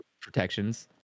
protections